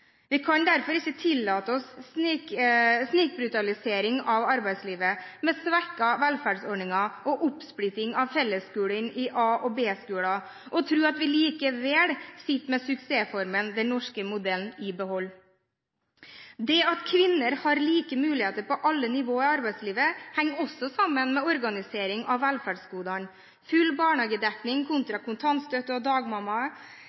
Vi kan derfor ikke tillate oss snikbrutalisering av arbeidslivet, med svekkede velferdsordninger og oppsplitting av fellesskolen i A- og B-skoler, og tro at vi likevel sitter med suksessformelen «den norske modellen» i behold. Det at kvinner har like muligheter på alle nivåer i arbeidslivet, henger også sammen med organiseringen av velferdsgodene. Full barnehagedekning kontra kontantstøtte og dagmamma